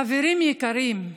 חברים יקרים,